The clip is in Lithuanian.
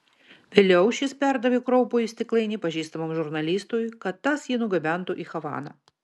vėliau šis perdavė kraupųjį stiklainį pažįstamam žurnalistui kad tas jį nugabentų į havaną